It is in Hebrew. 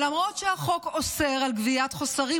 למרות שהחוק אוסר גביית חוסרים,